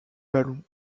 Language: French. ballon